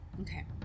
okay